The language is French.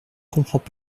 comprends